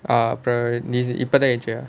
easy இப்போ தான் எஞ்சியா:ippo thaan enchiyaa